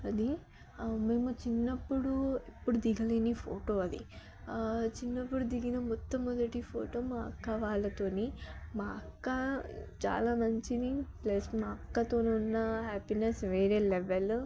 అది మేము చిన్నప్పుడు ఎప్పుడు దిగలేని ఫోటో అది చిన్నప్పుడు దిగిన మొట్ట మొదటి ఫోటో మా అక్క వాళ్ళతో మా అక్క చాలా మంచిది ప్లస్ మా అక్కతో ఉన్న హ్యాపీనెస్ వేరే లెవల్